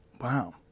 Wow